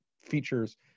features